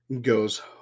goes